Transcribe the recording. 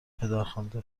پدرخوانده